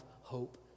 hope